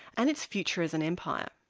and its future as an empire.